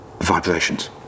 vibrations